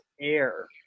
air